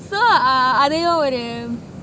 so uh அதே ஒரு:athe oru